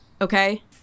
okay